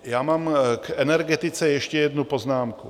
Já mám k energetice ještě jednu poznámku.